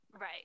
right